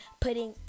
putting